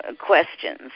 questions